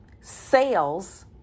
sales